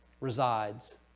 resides